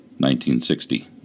1960